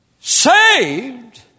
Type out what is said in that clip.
Saved